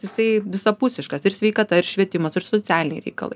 jisai visapusiškas ir sveikata ir švietimas ir socialiniai reikalai